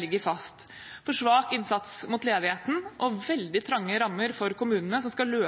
ligger fast: for svak innsats mot ledigheten og veldig trange rammer for kommunene, som skal